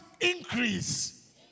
increase